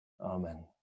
Amen